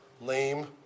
lame